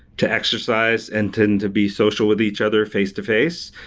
to exercise and tend to be social with each other face-to-face.